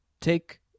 Take